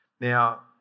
Now